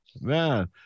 man